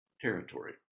territory